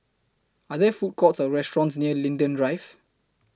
Are There Food Courts Or restaurants near Linden Drive